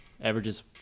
averages